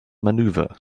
maneuver